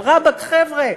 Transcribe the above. אבל רבאק, חבר'ה,